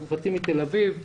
אנחנו חצי מתל אביב.